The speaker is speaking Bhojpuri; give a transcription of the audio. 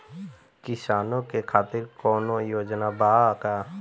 किसानों के खातिर कौनो योजना बा का?